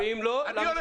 -- ואם לא למשטרה.